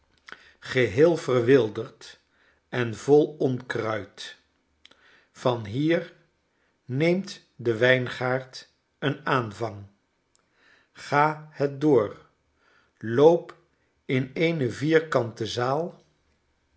geheel verwilderd en vol onkruid van hier neemt de wijngaard een aanvang ga het door loop in eene vierkante zaal